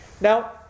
Now